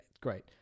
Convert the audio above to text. great